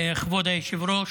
כבוד היושב-ראש,